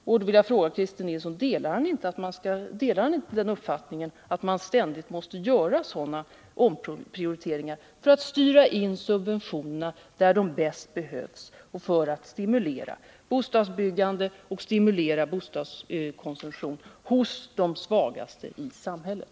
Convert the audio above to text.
Jag vill 43 fråga Christer Nilsson: Delar ni inte den uppfattningen att man ständigt måste göra sådana omprioriteringar för att styra in subventionerna där de bäst behövs och för att stimulera bostadsbyggande och bostadskonsumtion bland de svagaste i samhället?